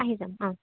আহি যাম অ